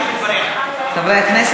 קצת,